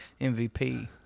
MVP